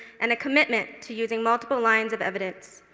and a commitment to using multiple lines of evidence.